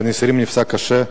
בן 20 פצוע קשה,